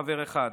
חבר אחד,